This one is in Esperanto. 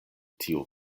tiu